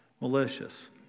Malicious